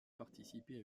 participé